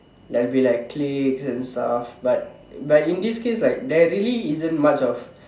there will be like clique and stuff but but in this case there isn't much of